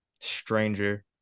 Stranger